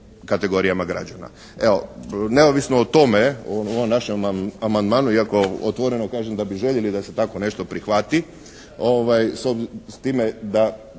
kategorijama građana. Evo, neovisno o tome, o ovom našem amandmanu iako otvoreno kažem da bi željeli da se tako nešto prihvati, s time da